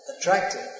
attractive